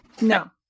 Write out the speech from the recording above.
No